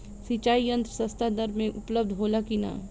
सिंचाई यंत्र सस्ता दर में उपलब्ध होला कि न?